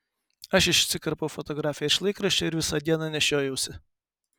aš išsikirpau fotografiją iš laikraščio ir visą dieną nešiojausi